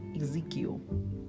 Ezekiel